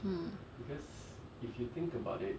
mm